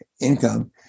income